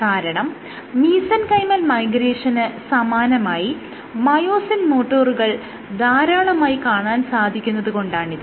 കാരണം മീസെൻകൈമൽ മൈഗ്രേഷന് സമാനമായി മയോസിൻ മോട്ടോറുകൾ ധാരാളമായി കാണാൻ സാധിക്കുന്നത് കൊണ്ടാണിത്